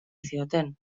zioten